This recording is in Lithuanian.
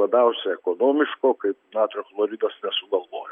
labiausia ekonomiško kaip natrio chloridas nesugalvojo